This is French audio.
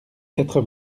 quatre